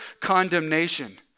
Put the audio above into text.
condemnation